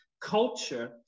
culture